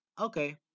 okay